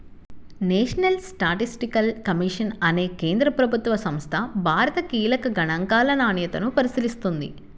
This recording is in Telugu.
నేషనల్ స్టాటిస్టికల్ కమిషన్ అనే కేంద్ర ప్రభుత్వ సంస్థ భారత కీలక గణాంకాల నాణ్యతను పరిశీలిస్తుంది